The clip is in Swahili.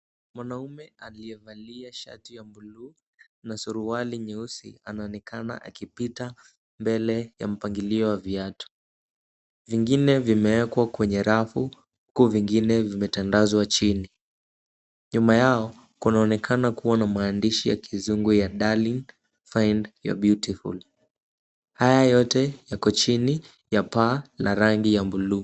Mwanaume aliyevalia shati ya buluu na suruali nyeusi anaonekana akipita mbele ya mpangilio wa viatu. Vingine vimeekwa kwenye rafu huku vingine vimetandazwa chini. Nyuma yao kunaonekana kuwa na maandishi ya kizungu ya Darling find your beautful . Haya yote yako chini ya paa la rangi ya buluu.